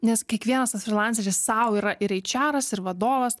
nes kiekvienas tas frilanceris sau yra ir eičeras ir vadovas